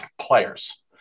players